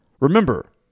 Remember